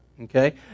Okay